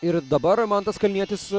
ir dabar mantas kalnietis